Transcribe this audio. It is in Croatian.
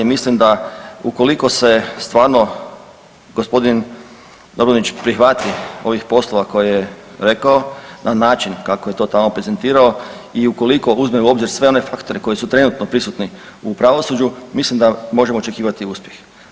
Mislim da ukoliko se stvarno g. Dobronić prihvati ovih poslova koje je rekao na način kako je to tamo prezentirao i ukoliko uzme u obzir sve one faktore koji su trenutno prisutni u pravosuđu mislim da možemo očekivati uspjeh.